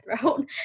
throat